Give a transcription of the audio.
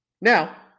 Now